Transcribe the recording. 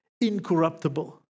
incorruptible